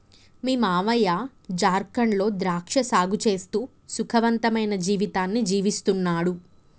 మీ మావయ్య జార్ఖండ్ లో ద్రాక్ష సాగు చేస్తూ సుఖవంతమైన జీవితాన్ని జీవిస్తున్నాడు